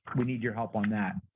we need your help on that.